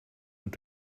und